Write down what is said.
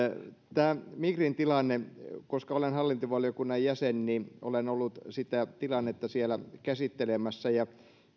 tämä migrin tilanne koska olen hallintovaliokunnan jäsen olen ollut sitä tilannetta siellä käsittelemässä ja